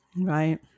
Right